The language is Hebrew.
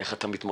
איך אתה מתמודד,